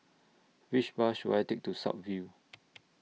Which Bus should I Take to South View